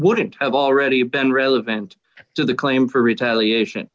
wouldn't have already been relevant to the claim for retaliation